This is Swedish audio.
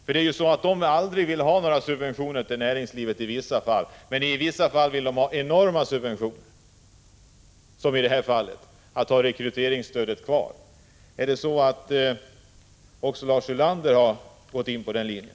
I vissa fall vill man inte att det skall ges några subventioner till näringslivet, men i vissa andra fall önskar man enorma subventioner, som i det här fallet, då man vill ha kvar rekryteringsstödet. Har också Lars Ulander valt den linjen?